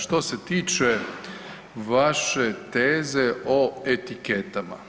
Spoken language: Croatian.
Što se tiče vaše teze o etiketama.